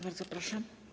Bardzo proszę.